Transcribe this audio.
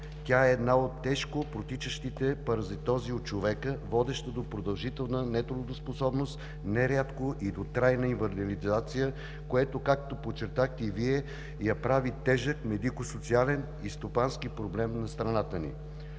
тя е една от тежко протичащите паразитози в човека, водещи до продължителна нетрудоспособност, нерядко и до трайна инвалидизация, което, както подчертахте и Вие, я прави тежък медико-социален и стопански проблем на страната ни.